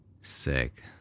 Sick